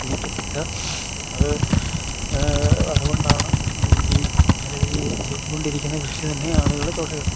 പിടിയ്ക്കത്തില്ല അത് അത്കൊണ്ടാണ് ഈ നിലവിൽ ഈ ചെയ്തു കൊണ്ടിരിക്കുന്ന കൃഷി തന്നെ ആളുകൾ തുടരുന്നത്